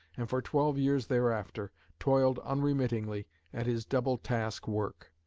and for twelve years thereafter toiled unremittingly at his double task-work.